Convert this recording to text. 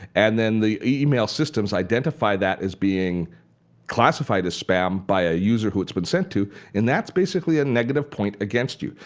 and then the email systems identify that as being classified as spam by a user who it's been sent to and that's that's basically a negative point against you.